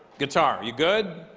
guitar, you good?